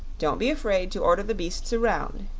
don't be afraid to order the beasts around,